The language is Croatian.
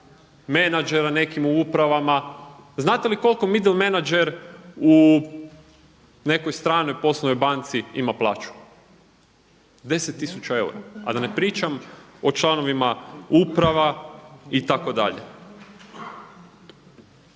menadžera nekim u upravama? Znate li koliko srednji menadžer u nekoj stranoj poslovnoj banci ima plaću? 10 tisuća eura, a da ne pričam o članovima uprava itd.